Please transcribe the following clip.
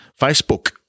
Facebook